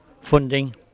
funding